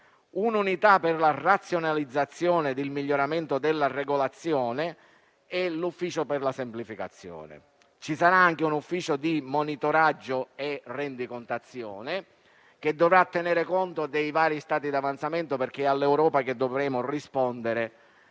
un'unità per la razionalizzazione e il miglioramento della regolazione e l'ufficio per la semplificazione. Ci sarà anche un ufficio di monitoraggio e rendicontazione, che dovrà tenere conto dei vari stati di avanzamento, perché è all'Europa che dovremo rispondere